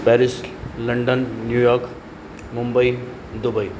Paris London New York Mumbai Dubai